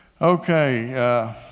Okay